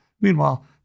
Meanwhile